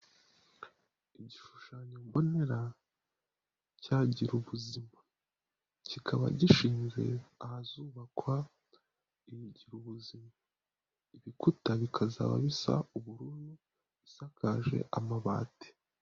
Igishushanyo mbonera cya girarubuzima, kikaba gishinzwe ahazubakwa girubuzima, ibikuta bikazaba bisa ubururu, isakaje amabati.